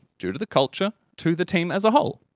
due to the culture, to the team as a whole.